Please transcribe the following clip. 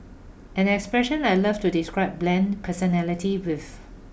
an expression I love to describe bland personality with